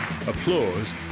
Applause